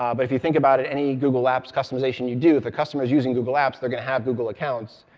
um but if you think about it, any google apps customization you do, if a customer is using google apps, they're going to have google accounts,